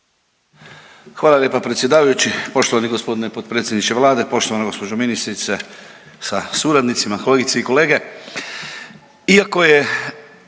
Hvala lijepa predsjedavajući. Poštovani g. potpredsjedniče Vlade, poštovana gospođo ministrice sa suradnicima, kolegice i kolege.